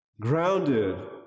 Grounded